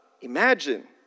imagine